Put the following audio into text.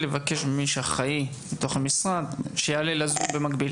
אם אפשר לבקש ממי שאחראי על תחום הגיל הרך לבקש שיעלה בזום.